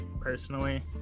personally